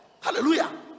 Hallelujah